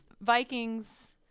Vikings –